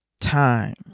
time